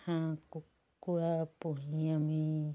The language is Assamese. হাঁহ কুকুৰা পুহি আমি